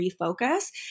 refocus